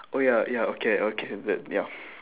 oh ya ya okay okay the ya